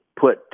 put